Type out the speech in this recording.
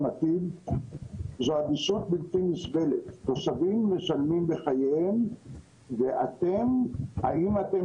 אסבסט מתייחס לקבוצת חומרים מינרליים שאפשר